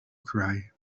cry